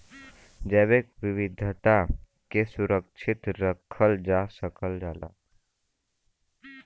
जैविक विविधता के सुरक्षित रखल जा सकल जाला